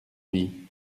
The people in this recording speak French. vie